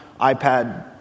iPad